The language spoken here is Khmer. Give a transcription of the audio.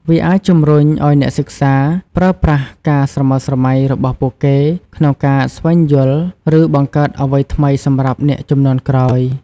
វាអាចជំរុញឲ្យអ្នកសិក្សាប្រើប្រាស់ការស្រមើលស្រមៃរបស់ពួកគេក្នុងការស្វែងយល់ ឬបង្កើតអ្វីថ្មីសម្រាប់អ្នកជំនាន់ក្រោយ។